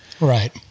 Right